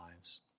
lives